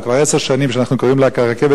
אבל כבר עשר שנים שאנחנו קוראים לה "רכבת